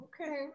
Okay